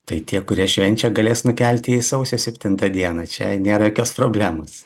tai tie kurie švenčia galės nukelti į sausio septintą dieną čia nėra jokios problemos